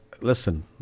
listen